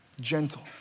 gentle